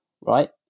Right